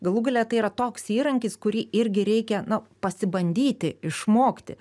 galų gale tai yra toks įrankis kurį irgi reikia na pasibandyti išmokti